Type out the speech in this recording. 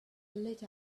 lit